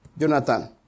Jonathan